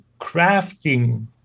crafting